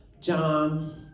John